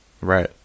Right